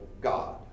God